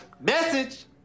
message